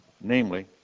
namely